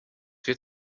wird